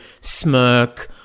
smirk